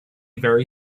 very